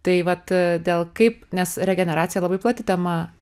tai vat dėl kaip nes regeneracija labai plati tema